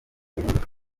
ihinduka